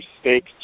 steak